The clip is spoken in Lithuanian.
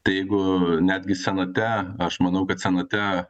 tai jeigu netgi senate aš manau kad senate